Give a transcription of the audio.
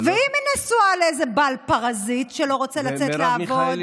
ואם היא נשואה לאיזה בעל פרזיט שלא רוצה לצאת לעבוד?